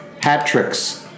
hat-tricks